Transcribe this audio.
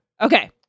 Okay